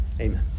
Amen